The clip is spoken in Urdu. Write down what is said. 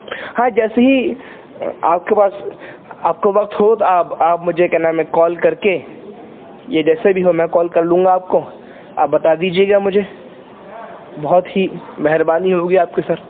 ہاں جیسے ہی آپ کے پاس آپ کو وقت ہو تو آپ آپ مجھے کیا نام ہے کال کر کے یا جیسا بھی ہو میں کال کر لوں گا آپ کو آپ بتا دیجیے گا مجھے بہت ہی مہربانی ہوگی آپ کی سر